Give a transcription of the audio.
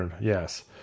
Yes